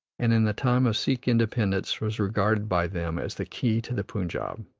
and in the time of sikh independence was regarded by them as the key to the punjab.